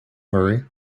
hurry